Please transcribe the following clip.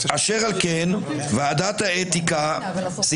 חברת הכנסת יוליה מלינובסקי, אני